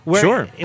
Sure